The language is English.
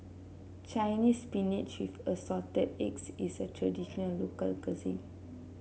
Chinese Spinach with Assorted Eggs is a traditional local cuisine